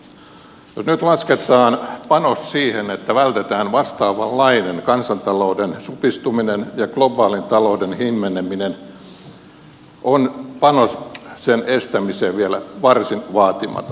jos nyt lasketaan panos siihen että vältetään vastaavanlainen kansantalouden supistuminen ja globaalin talouden himmeneminen niin panos sen estämiseen on vielä varsin vaatimaton